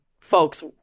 folks